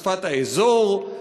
שפת האזור,